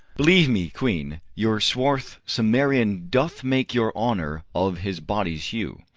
believe me, queen, your swarth cimmerian doth make your honour of his body's hue,